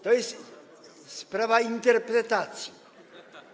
To jest sprawa interpretacji.